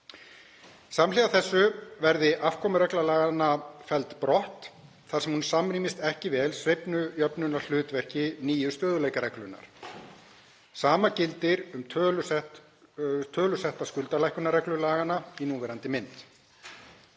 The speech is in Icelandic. Samhliða þessu verði afkomuregla laganna felld brott þar sem hún samrýmist ekki vel sveiflujöfnunarvirkni nýju stöðugleikareglunnar. Sama gildi um tölusetta skuldalækkunarreglu laganna í núverandi mynd.